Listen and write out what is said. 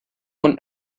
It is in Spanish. con